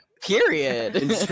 period